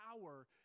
power